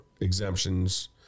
exemptions